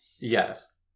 Yes